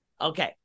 Okay